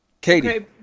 Katie